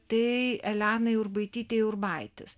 tai elenai urbaitytei urbaitis